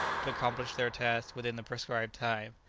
to accomplish their task within the proscribed time.